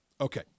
Okay